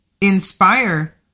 Inspire